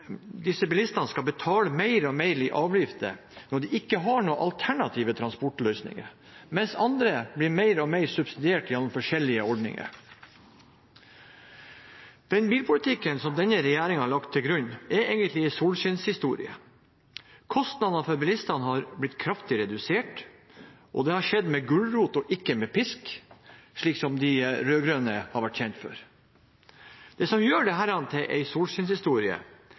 disse bilistene skal betale mer og mer i avgifter når de ikke har noen alternative transportløsninger, mens andre blir mer og mer subsidiert gjennom forskjellige ordninger. Den bilpolitikken som denne regjeringen har lagt til grunn, er egentlig en solskinnshistorie. Kostnadene for bilistene er blitt kraftig redusert, og det har skjedd med gulrot og ikke med pisk, slik de rød-grønne har vært kjent for. Det som gjør dette til en solskinnshistorie, er